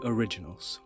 Originals